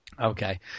Okay